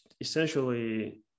essentially